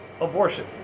Abortion